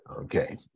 Okay